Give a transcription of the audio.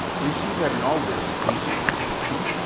you see that in all this, jesus is the key?